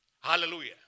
Hallelujah